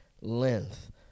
length